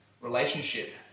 relationship